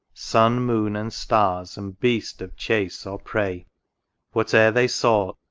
sun, moon, and stars, and beast of chase or prey whatever they sought,